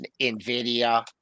NVIDIA